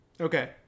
Okay